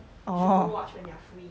oh